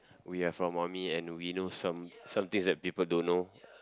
we have our mummy and we know some some things that people don't know